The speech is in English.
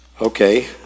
Okay